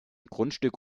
grundstück